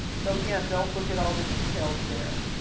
so again, don't look at all the details there.